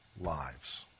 lives